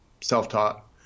self-taught